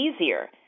easier